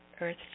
Earth